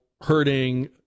hurting